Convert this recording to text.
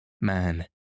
Man